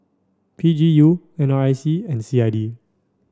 P G U N R I C and C I D